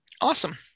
Awesome